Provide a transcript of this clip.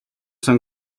som